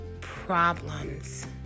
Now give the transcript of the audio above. problems